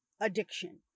addiction